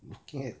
looking at